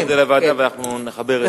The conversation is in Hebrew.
אפשר להעביר את זה לוועדה, ואנחנו נחבר את זה.